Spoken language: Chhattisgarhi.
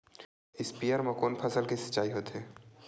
स्पीयर म कोन फसल के सिंचाई होथे?